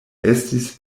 estis